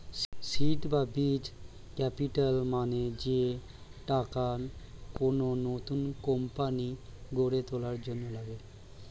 seed বা বীজ capital মানে যে টাকা কোন নতুন কোম্পানি গড়ে তোলার জন্য লাগে